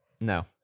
No